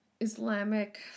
Islamic